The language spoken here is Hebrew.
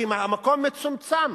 כי המקום מצומצם.